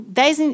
dez